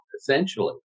essentially